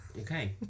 Okay